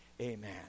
amen